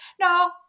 no